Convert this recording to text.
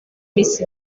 miss